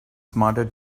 smarter